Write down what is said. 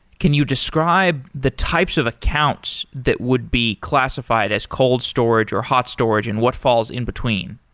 can you describe the types of accounts that would be classified as cold storage or hot storage and what falls in between?